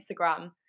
Instagram